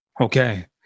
Okay